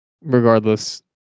Regardless